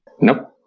Nope